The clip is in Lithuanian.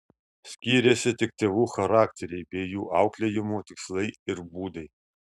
skyrėsi tik tėvų charakteriai bei jų auklėjimo tikslai ir būdai